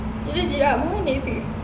eh eh jap jap my [one] next week